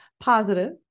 positive